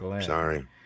Sorry